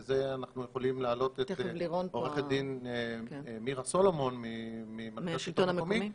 ולזה אנחנו יכולים להעלות את עורכת דין מירה סולומון מהשלטון המקומי.